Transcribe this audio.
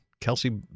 Kelsey